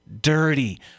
dirty